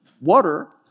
water